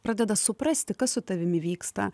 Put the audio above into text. pradeda suprasti kas su tavimi vyksta